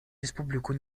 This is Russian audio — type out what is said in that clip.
республику